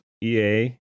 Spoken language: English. ea